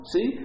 See